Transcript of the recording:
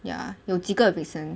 ya 有几个 vincent